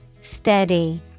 Steady